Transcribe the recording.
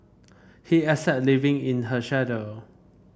he accept living in her shadow